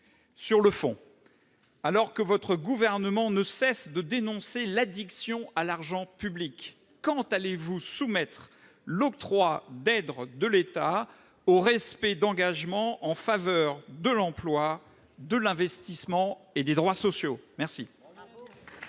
Sur le fond, alors que votre gouvernement ne cesse de dénoncer l'addiction à l'argent public, quand allez-vous soumettre l'octroi d'aides de l'État au respect d'engagements en faveur de l'emploi, de l'investissement et des droits sociaux ?